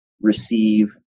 receive